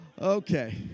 Okay